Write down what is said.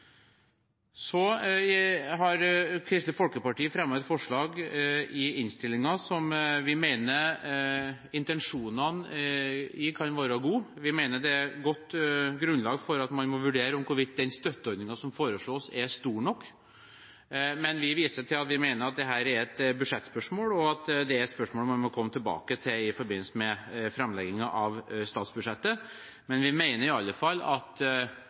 Så har Kristelig Folkeparti fremmet et forslag i innstillingen der vi mener intensjonene kan være gode. Vi mener det er et godt grunnlag for at man bør vurdere hvorvidt den støtteordningen som foreslås, er stor nok. Men vi viser til at vi mener dette er et budsjettspørsmål, og at det er et spørsmål man må komme tilbake til i forbindelse med framleggingen av statsbudsjettet. Vi mener i alle fall at